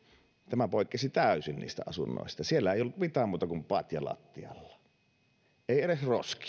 tämä poikkesi täysin niistä asunnoista ja siellä ei ole mitään muuta kuin patja lattialla ei edes roskia